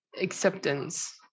acceptance